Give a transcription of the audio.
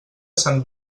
sant